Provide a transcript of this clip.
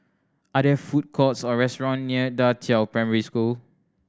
are there food courts or restaurants near Da Qiao Primary School